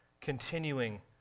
continuing